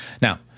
Now